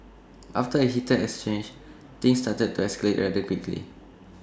after A heated exchange things started to escalate rather quickly